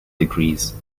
degrees